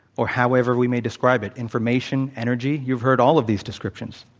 or however we may describe it information, energy you've heard all of these descriptions.